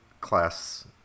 class